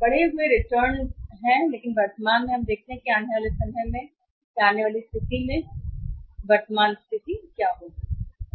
बढ़े हुए रिटर्न भी लेकिन वर्तमान में हम देखते हैं कि आने वाले समय में आने वाली स्थिति है लेकिन वर्तमान में स्थिति क्या है स्थिति को देखें